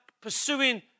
pursuing